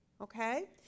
Okay